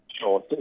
Sure